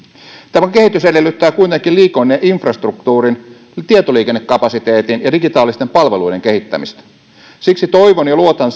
tämä kehitys edellyttää kuitenkin liikenneinfrastruktuurin ja tietoliikennekapasiteetin ja digitaalisten palveluiden kehittämistä siksi toivon ja luotan